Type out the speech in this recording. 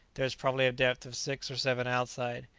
there is probably a depth of six or seven outside.